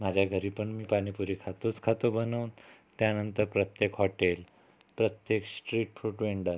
माझ्या घरी पण मी पाणीपुरी खातोच खातो बनवून त्यानंतर प्रत्येक हॉटेल प्रत्येक स्ट्रीट फूड वेंडर